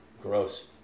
Gross